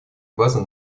база